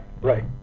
right